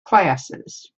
classes